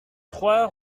trois